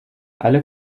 alle